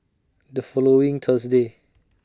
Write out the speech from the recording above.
The following Thursday